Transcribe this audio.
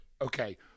Okay